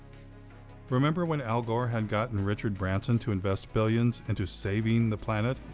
remember when al gore had gotten richard branson to invest billions into saving the planet?